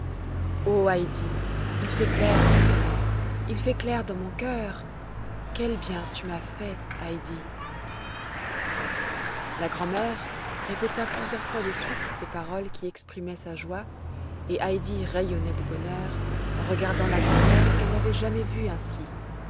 il fait clair maintenant il fait clair dans mon cœur quel bien tu m'as fait heidi la grand'mère répéta plusieurs fois de suite ces paroles qui exprimaient sa joie et heidi rayonnait de bonheur en regardant la grand'mère qu'elle n'avait jamais vue ainsi